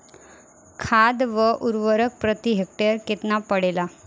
खाध व उर्वरक प्रति हेक्टेयर केतना पड़ेला?